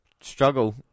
struggle